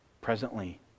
presently